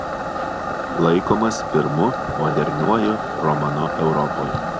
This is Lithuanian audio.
laikomas pirmu moderniuoju romanu europoje